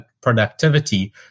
productivity